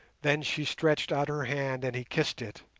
then she stretched out her hand and he kissed it,